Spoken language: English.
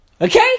Okay